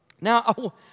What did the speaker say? Now